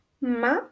Ma